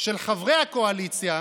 של חברי הקואליציה,